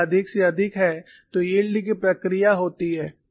यदि यह अधिक से अधिक है तो यील्ड कि प्रक्रिया होती है